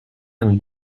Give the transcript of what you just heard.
d’un